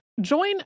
Join